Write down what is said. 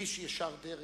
איש ישר דרך,